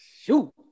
Shoot